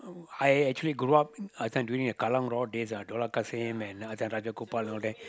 I actually grow up uh this one doing the Kallang-Rawr days ah Dollah-Kassim and Hassan Raja-Gopal and all that